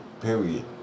Period